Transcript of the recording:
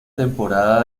temporada